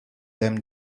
them